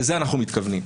לזה אנחנו מתכוונים.